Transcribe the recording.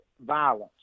violence